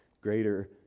greater